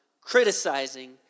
criticizing